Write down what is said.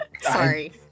sorry